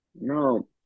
No